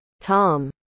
Tom